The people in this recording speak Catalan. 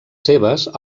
seves